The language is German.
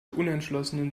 unentschlossenen